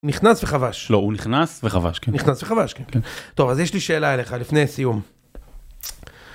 נכנס וחבש לא הוא נכנס וחבש נכנס וחבש טוב אז יש לי שאלה אליך לפני סיום.